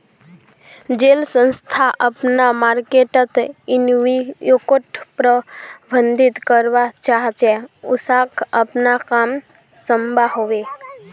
जेल संस्था अपना मर्केटर इम्पैक्टोक प्रबधित करवा चाह्चे उसाक अपना काम थम्वा होबे